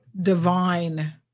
divine